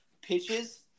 pitches